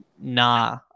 nah